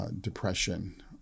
Depression